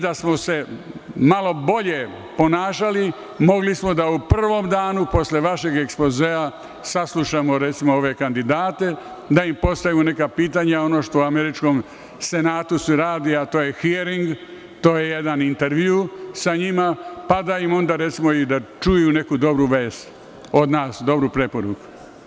Da smo se malo bolje ponašali, mogli smo da u prvom danu posle vašeg ekspozea saslušamo, recimo, ove kandidate, da im postavimo neka pitanja, ono što se u Američkom senatu radi, a to je „hiering“, to je jedan intervju sa njima, pa da onda, recimo, i čuju neku dobru vest od nas, dobru preporuku.